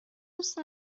دوست